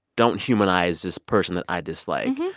don't humanize this person that i dislike.